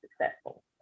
successful